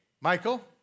Michael